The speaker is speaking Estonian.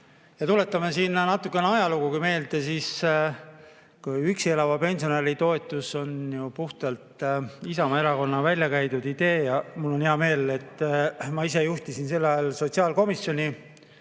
Tuletame siin natuke ajalugu ka meelde. Üksi elava pensionäri toetus on ju puhtalt Isamaa Erakonna väljakäidud idee. Mul on hea meel, et ma ise juhtisin sel ajal sotsiaalkomisjoni,